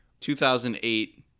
2008